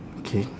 okay